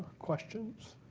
questions,